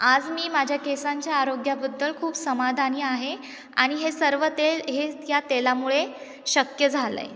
आज मी माझ्या केसांच्या आरोग्याबद्दल खूप समाधानी आहे आणि हे सर्व ते हे त्या तेलामुळे शक्य झालं आहे